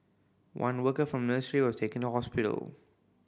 one worker from nursery was taken to hospital